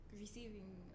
receiving